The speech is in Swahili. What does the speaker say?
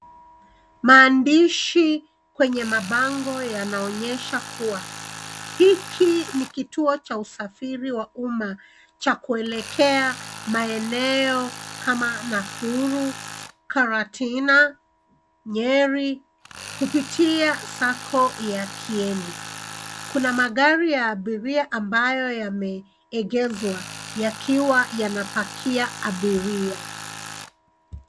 Maandishi kwenye mabango yanaonyesha kuwa hiki ni kituo cha usafiri wa umma cha kuelekea maeneo kama Nakuru, Karatina, Nyeri kupitia sacco ya Kieni. Kuna magari ya abiria ambayo yameegezwa yakiwa yanapakia abiria.